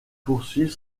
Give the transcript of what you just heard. poursuivre